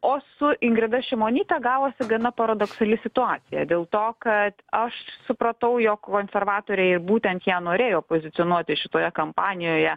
o su ingrida šimonyte gavosi gana paradoksali situacija dėl to kad aš supratau jog konservatoriai ir būtent ją norėjo pozicionuoti šitoje kampanijoje